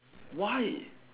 why